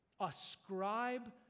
Ascribe